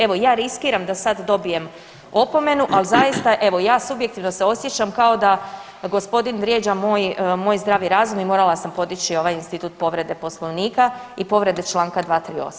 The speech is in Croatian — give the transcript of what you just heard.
Evo ja riskiram da sad dobijem opomenu, al zaista evo ja subjektivno se osjećam kao da gospodin vrijeđa moj, moj zdravi razum i morala sam podići ovaj institut povrede Poslovnika i povrede čl. 238.